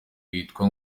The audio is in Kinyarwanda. witwa